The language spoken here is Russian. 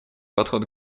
подход